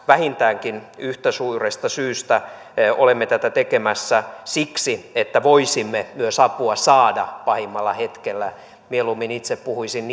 vähintäänkin yhtä suuresta syystä olemme tätä tekemässä siksi että voisimme myös apua saada pahimmalla hetkellä mieluummin itse puhuisin